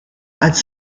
als